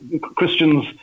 Christians